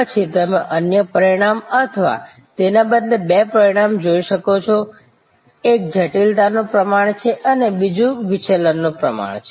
પછી તમે અન્ય પરિમાણ અથવા તેના બદલે બે પરિમાણ જોઈ શકો છો એક જટિલતાનું પ્રમાણ છે અને બીજું વિચલનનું પ્રમાણ છે